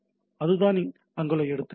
அதுதான் அங்குள்ள எடுத்துக்காட்டுகள்